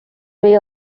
veié